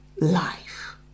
life